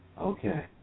Okay